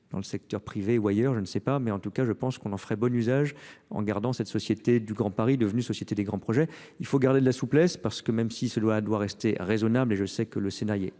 dans le secteur privé ou ailleurs je ne sais pas mais en tout cas, je pense qu'on en ferait bon usage en gardant cette société du grand Paris devenue société des grands projets. Il faut garder de la souplesse parce que même si cela doit rester raisonnable et je sais que le scénarii est